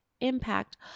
impact